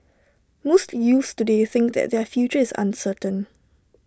most youths today think that their future is uncertain